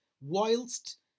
whilst